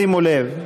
שימו לב,